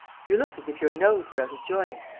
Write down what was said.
you look as if your nose were out of joint.